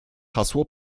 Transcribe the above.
hasło